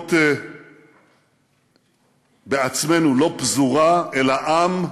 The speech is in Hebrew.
לראות בעצמנו לא פזורה אלא עם,